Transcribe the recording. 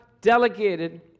delegated